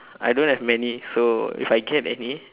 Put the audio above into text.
I don't have many so if I get any